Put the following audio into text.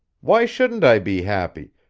why shouldn't i be happy,